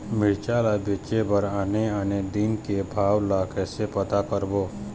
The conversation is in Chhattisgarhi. मिरचा ला बेचे बर आने आने दिन के भाव ला कइसे पता करबो?